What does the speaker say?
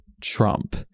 trump